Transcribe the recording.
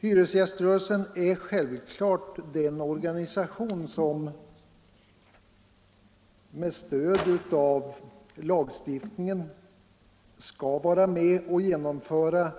Hyresgäströrelsen är självfallet den organisation som med stöd av lagstiftningen skall vara med och genomföra